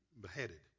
beheaded